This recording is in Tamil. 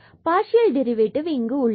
பார்சியல் டெரிவேட்டிவ் உள்ளது